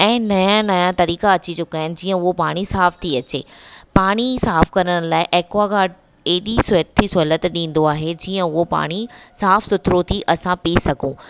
ऐं नया नया तरीक़ा अची चुकिया आहिनि जीअं उहो पाणी साफ़ु थी अचे पाणी साफ़ु करण लाइ एक्वागार्ड एॾी सो सुठी सहूलियत ॾींदो आहे की जीअं उहो पाणी साफ़ु सुथिरो थी असां पी सघूं